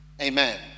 Amen